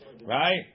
Right